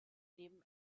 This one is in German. neben